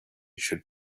should